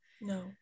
No